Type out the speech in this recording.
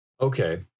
Okay